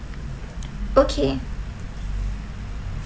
okay